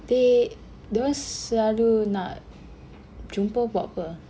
they dia orang selalu nak jumpa buat ape